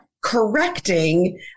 correcting